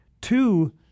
two